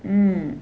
mm